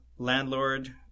landlord